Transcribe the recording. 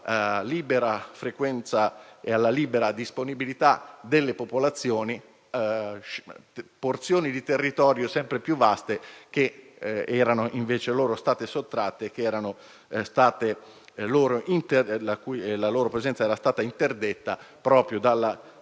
libera frequenza e alla libera disponibilità delle popolazioni porzioni di territorio sempre più vaste che erano invece loro state sottratte e in cui la loro presenza era stata interdetta proprio